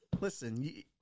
Listen